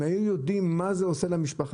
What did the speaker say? אם הם היו יודעים מה זה עושה למשפחה,